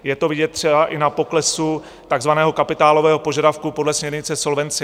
Je to vidět třeba i na poklesu takzvaného kapitálového požadavku podle směrnice v Solvency II.